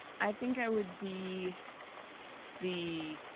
i think i would be the,